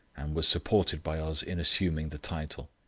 and was supported by us in assuming the title.